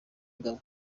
ngabo